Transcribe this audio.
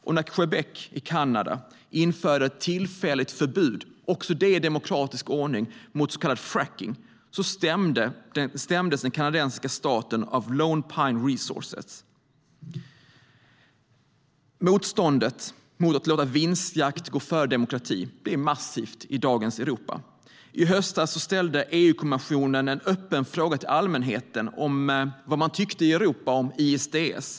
Och när Quebec i Kanada införde ett tillfälligt förbud, också det i demokratisk ordning, mot så kallad frackning stämdes den kanadensiska staten av Lone Pine Resources. Motståndet mot att låta vinstjakt gå före demokrati är massivt i dagens Europa. I höstas ställde EU-kommissionen en öppen fråga till allmänheten om vad man tyckte i Europa om ISDS.